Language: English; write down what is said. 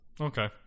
Okay